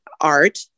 art